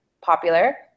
popular